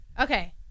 Okay